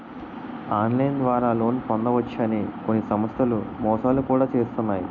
online ద్వారా loan పొందవచ్చు అని కొన్ని సంస్థలు మోసాలు కూడా చేస్తున్నాయి